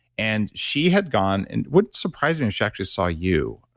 and she had gone, and what surprised me, and she actually saw you.